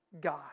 God